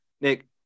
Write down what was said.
Nick